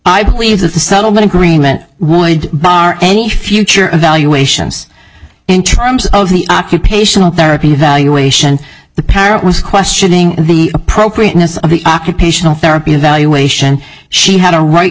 i believe that the settlement agreement would bar any future evaluations in terms of the occupational therapy evaluation the parent was questioning the appropriateness of the occupational therapy evaluation she had a right